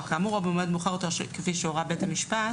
כאמור או במועד מאוחר יותר כפי שהורה בית המשפט"